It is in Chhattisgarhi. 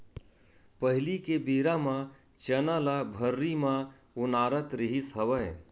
पहिली के बेरा म चना ल भर्री म ओनारत रिहिस हवय